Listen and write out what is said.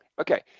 Okay